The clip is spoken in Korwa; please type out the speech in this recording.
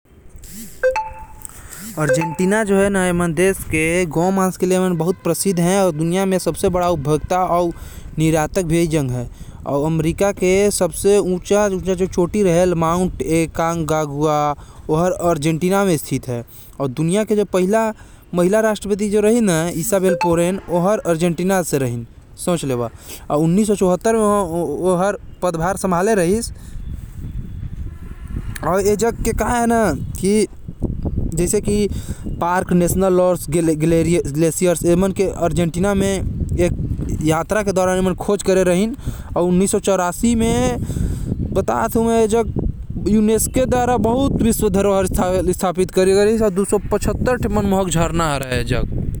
अर्जेंटीना गौ मांस के लिए प्रसिद्ध हवे, दुनिया के सबसे बड़का गौ मांस के उपभोक्ता अउ निर्यातक भी एहि हवे। दुनिया के पहिला महिला राष्ट्रपति भी अर्जेंटीना के रहिस अउ दु सौ पचहत्तर टो झरना हवे ए जग।